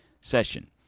session